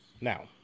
now